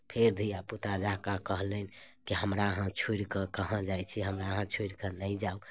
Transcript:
फेर धियापुता जँका कहलनि कि हमरा अहाँ छोड़िके कहाँ जाइ छी हमरा अहाँ छोड़ि कऽ नहि जाउ